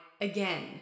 again